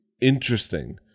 interesting